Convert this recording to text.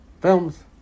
films